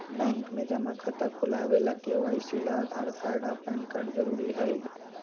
bank में जमा खाता खुलावे ला के.वाइ.सी ला आधार कार्ड आ पैन कार्ड जरूरी हई